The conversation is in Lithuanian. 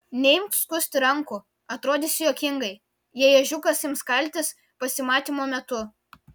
neimk skusti rankų atrodysi juokingai jei ežiukas ims kaltis pasimatymo metu